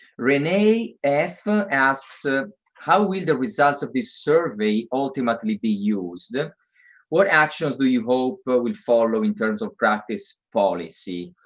renee f. asks, ah how will the results of this survey ultimately be used? what actions do you hope but will follow in terms of practice policy?